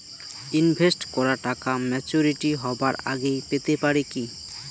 Invest করা টাকা maturity হবার আগেই পেতে পারি কি?